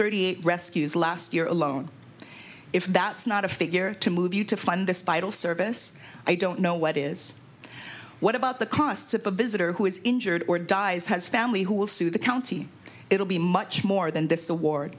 thirty eight rescues last year alone if that's not a figure to move you to fund the spinal service i don't know what is what about the costs of a visitor who is injured or dies has family who will sue the county it will be much more than